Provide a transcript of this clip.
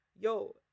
Yo